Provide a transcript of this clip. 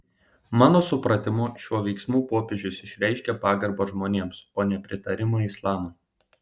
mano supratimu šiuo veiksmu popiežius išreiškė pagarbą žmonėms o ne pritarimą islamui